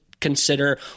consider